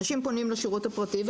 אנשים פונים לשירות הפרטי,